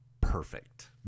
Perfect